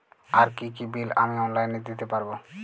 আর কি কি বিল আমি অনলাইনে দিতে পারবো?